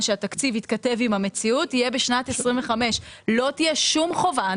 שהתקציב יתכתב עם המציאות יהיה בשנת 25'. לא תהיה שום חובה,